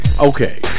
okay